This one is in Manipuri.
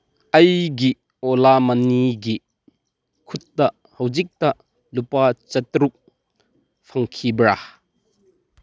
ꯑꯩꯒꯤ ꯑꯣꯂꯥ ꯃꯅꯤꯒꯤ ꯈꯨꯠꯇ ꯈꯧꯖꯤꯛꯇ ꯂꯨꯄꯥ ꯆꯥꯇ꯭ꯔꯨꯛ ꯐꯪꯈꯤꯕ꯭ꯔꯥ